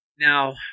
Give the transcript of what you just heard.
now